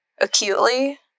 acutely